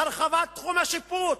הרחבת תחום השיפוט,